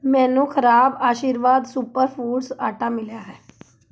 ਮੈਨੂੰ ਖ਼ਰਾਬ Aashirvaad super foods ਆਟਾ ਮਿਲਿਆ ਹੈ